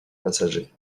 passagers